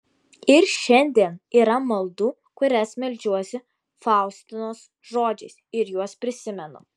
ir šiandien yra maldų kurias meldžiuosi faustinos žodžiais ir juos prisimenu